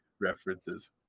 references